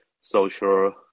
social